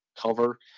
cover